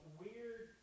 weird